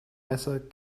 messer